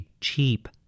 Cheap